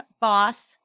Boss